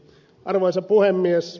arvoisa puhemies